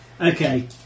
Okay